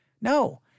No